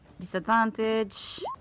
Disadvantage